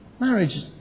Marriage